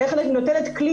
ואיך אני נותנת כלי